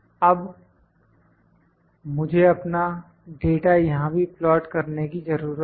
अब मुझे अपना डाटा यहां भी प्लाट करने की जरूरत है